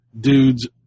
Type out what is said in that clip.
dudes